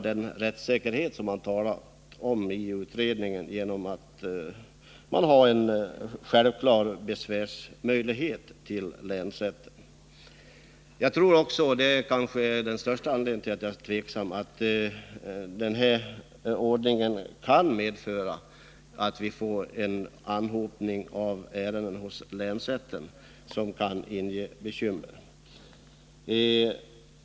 Den rättssäkerhet som det talas om i utredningen menar jag bör kunna garanteras genom möjlighet till besvär hos länsrätten. Jag tror också — det är kanske den främsta anledningen till min tveksamhet —- att den föreslagna ordningen kan medföra en anhopning av ärenden hos länsrätten, något som kan skapa bekymmer.